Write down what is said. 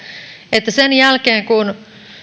että sen jälkeen kun